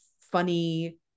funny